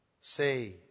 say